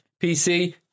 PC